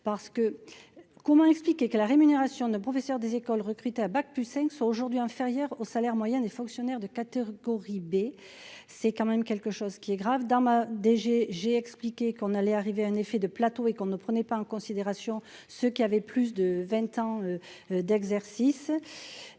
parce que comment expliquer que la rémunération ne professeur des écoles recrutés à bac plus cinq sont aujourd'hui inférieurs au salaire moyen des fonctionnaires de catégorie B, c'est quand même quelque chose qui est grave dans ma des j'ai j'ai expliqué qu'on allait arriver un effet de plateau et qu'on ne prenait pas en considération ce qu'il avait plus de 20 ans d'exercice